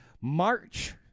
March